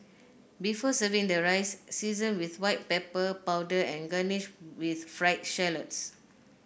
before serving the rice season with white pepper powder and garnish with fried shallots